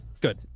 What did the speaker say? Good